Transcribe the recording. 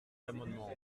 l’amendement